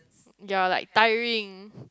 you're like tiring